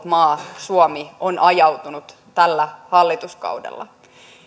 maa suomi on ajautunut tällä hallituskaudella